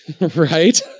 Right